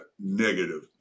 negative